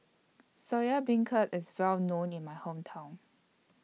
Soya Beancurd IS Well known in My Hometown